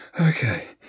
okay